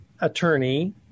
attorney